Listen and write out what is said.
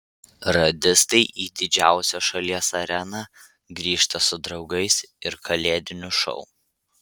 radistai į didžiausią šalies areną grįžta su draugais ir kalėdiniu šou